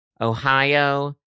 Ohio